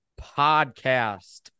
podcast